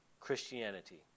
Christianity